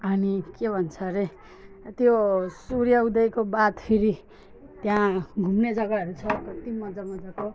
हामी के भन्छ अरे त्यो सुूर्य उदयको बाद फेरि त्यहाँ घुम्ने जग्गाहरू छ कत्ति मजा मजाको